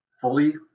fully